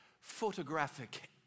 photographic